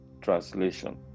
Translation